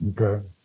Okay